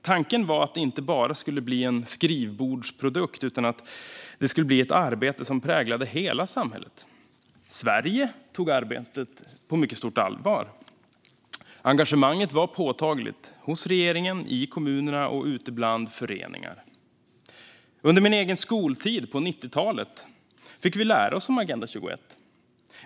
Tanken var att det inte bara skulle bli en skrivbordsprodukt utan skulle bli ett arbete som präglade hela samhället. Sverige tog arbetet på mycket stort allvar. Engagemanget var påtagligt hos regeringen, i kommunerna och ute bland föreningar. Under min egen skoltid på 90-talet fick vi lära oss om Agenda 21.